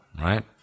right